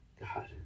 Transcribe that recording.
God